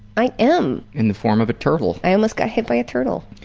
i am. in the form of a turtle. i almost got hit by a turtle.